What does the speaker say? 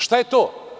Šta je to?